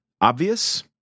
obvious